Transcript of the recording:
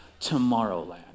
Tomorrowland